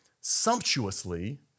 sumptuously